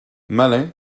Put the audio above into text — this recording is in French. malin